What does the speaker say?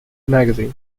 magazine